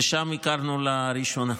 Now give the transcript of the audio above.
ושם הכרנו לראשונה.